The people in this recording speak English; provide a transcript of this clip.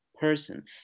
person